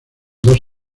dos